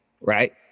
Right